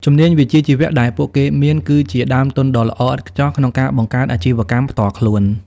ជំនាញវិជ្ជាជីវៈដែលពួកគេមាន គឺជាដើមទុនដ៏ល្អឥតខ្ចោះក្នុងការបង្កើតអាជីវកម្មផ្ទាល់ខ្លួន។